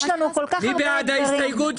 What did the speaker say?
מי בעד קבלת ההסתייגות?